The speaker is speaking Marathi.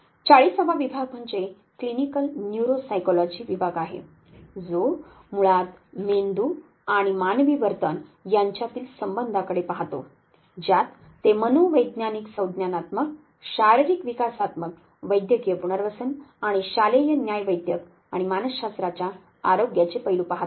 40 वा विभाग म्हणजे क्लिनिकल न्यूरोसायकॉलजी विभाग आहे जो मुळात मेंदू आणि मानवी वर्तन यांच्यातील संबंधांकडे पाहतो ज्यात ते मनोवैज्ञानिक संज्ञानात्मक शारीरिक विकासात्मक वैद्यकिय पुनर्वसन आणि शालेय न्यायवैद्यक आणि मानसशास्त्राच्या आरोग्याचे पैलू पाहतात